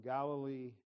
Galilee